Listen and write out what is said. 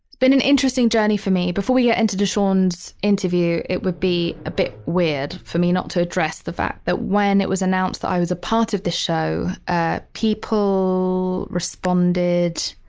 been an interesting journey for me. before we get into dashaun's interview. it would be a bit weird for me not to address the fact that when it was announced that i was a part of the show, ah people responded